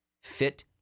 fit